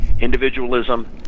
individualism